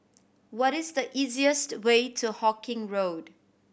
what is the easiest way to Hawkinge Road